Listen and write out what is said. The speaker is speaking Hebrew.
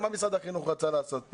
מה משרד החינוך רצה לעשות כאן?